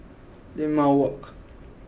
Limau Walk